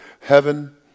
heaven